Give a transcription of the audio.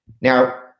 Now